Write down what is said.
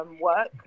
work